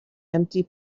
empty